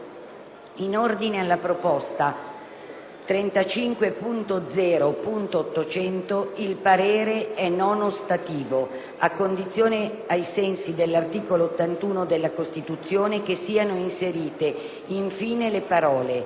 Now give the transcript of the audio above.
In ordine alla proposta 35.0.800 il parere è non ostativo, a condizione, ai sensi dell'articolo 81 della Costituzione, che siano inserite, in fine, la parole: